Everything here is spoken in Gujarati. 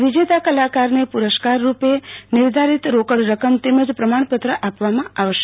વિજેતા કલાકારને પુ રસ્કાર રૂપે નિર્ધારીત રોકડ તેમજ પ્રમાણપત્ર આપવામાં આવશે